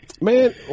man